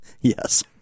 Yes